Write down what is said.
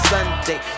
Sunday